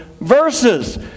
verses